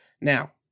Now